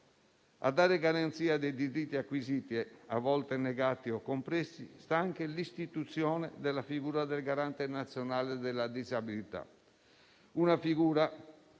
A dare garanzia dei diritti acquisiti, a volte negati o compressi, sta anche l'istituzione della figura del Garante nazionale della disabilità. Tale figura